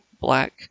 black